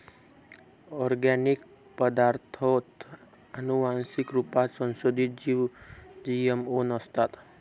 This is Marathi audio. ओर्गानिक पदार्ताथ आनुवान्सिक रुपात संसोधीत जीव जी.एम.ओ नसतात